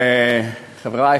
חברי,